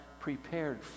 prepared